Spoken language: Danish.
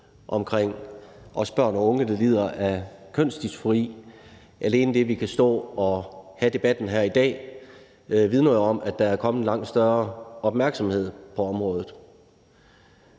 omkring børn og unge, der lider at kønsdysfori. Alene det, at vi kan stå og have debatten her i dag, vidner jo om, at der er kommet langt større opmærksomhed på området.